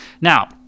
Now